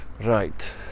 right